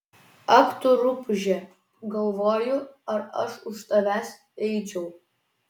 ak tu rupūže galvoju ar aš už tavęs eičiau